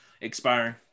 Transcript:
expiring